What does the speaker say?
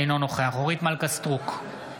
אינו נוכח אורית מלכה סטרוק,